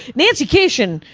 nancy kashian,